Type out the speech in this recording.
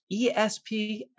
ESP